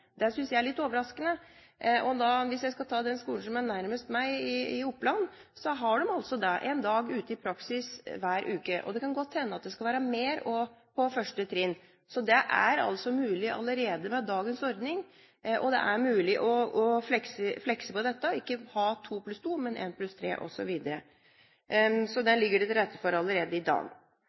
Det synes jeg er litt overraskende. Hvis jeg skal ta den skolen som er nærmest meg i Oppland, har de altså der én dag ute i praksis hver uke. Det kan godt hende det skal være mer også på første trinn. Så det er altså mulig allerede med dagens ordning, og det er mulig å flekse på dette, ikke å ha to pluss to, men én pluss tre, osv. Så det ligger til rette for det allerede i dag.